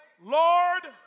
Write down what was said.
Lord